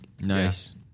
Nice